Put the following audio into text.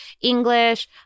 English